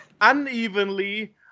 unevenly